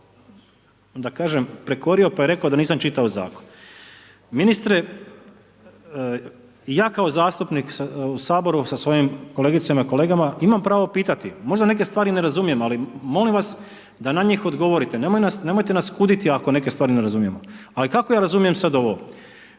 da kažem prekorio pa je rekao da nisam čitao zakon. Ministre, ja kao zastupnik u Saboru sa svojim kolegicama i kolegama imam pravo pitati, možda neke stvari i ne razumijem ali molim vas da na njih odgovorite, nemojte nas kuditi ako neke stvari ne razumijemo. Ali kako ja razumijem sad ovo.